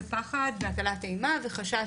פחד והטלת אימה וחשש